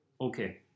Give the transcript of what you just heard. Okay